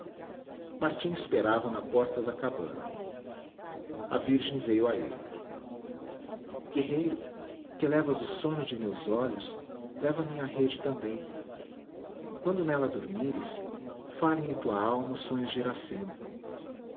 martim esperava na porta da cabana a virgem veio a ele guerreiro que levas o sono de meus olhos leva a minha rede também quando nela dormires falem em tua alma os sonhos de iracema